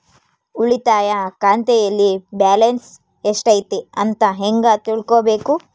ಉಳಿತಾಯ ಖಾತೆಯಲ್ಲಿ ಬ್ಯಾಲೆನ್ಸ್ ಎಷ್ಟೈತಿ ಅಂತ ಹೆಂಗ ತಿಳ್ಕೊಬೇಕು?